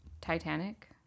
Titanic